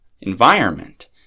environment